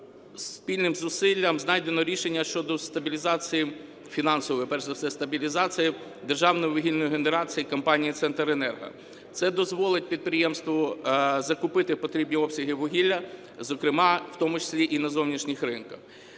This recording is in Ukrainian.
спільним зусиллям знайдено рішення щодо стабілізації фінансової, перш за все стабілізації державної вугільної генерації компанії "Центренерго". Це дозволить підприємству закупити потрібні обсяги вугілля, зокрема, в тому числі, і на зовнішніх ринках.